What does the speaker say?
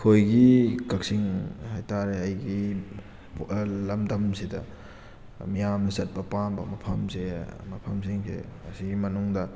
ꯑꯩꯈꯣꯏꯒꯤ ꯀꯛꯆꯤꯡ ꯍꯥꯏꯇꯥꯔꯦ ꯑꯩꯒꯤ ꯂꯝꯗꯝꯁꯤꯗ ꯃꯤꯌꯥꯝꯅ ꯆꯠꯄ ꯄꯥꯝꯕ ꯃꯐꯝꯁꯦ ꯃꯐꯝꯁꯤꯡꯁꯦ ꯑꯁꯤꯒꯤ ꯃꯅꯨꯡꯗ